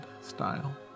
style